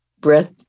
breath